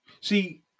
See